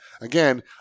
again